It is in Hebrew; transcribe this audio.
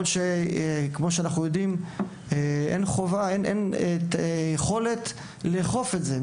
פעולה, ואין יכולת לאכוף את זה.